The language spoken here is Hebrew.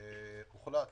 הוחלט